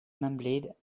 mumbled